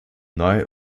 neu